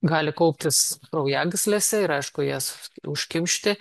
gali kauptis kraujagyslėse ir aišku jas užkimšti